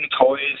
toys